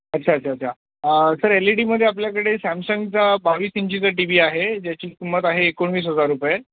अच्छा अच्छा अच्छा सर एल ई डीमध्ये आपल्याकडे सॅमसंगचा बावीस इंचीचा टी वी आहे ज्याची किंमत आहे एकोणवीस हजार रुपये